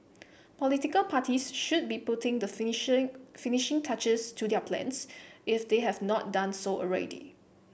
political parties should be putting the finishing finishing touches to their plans if they have not done so already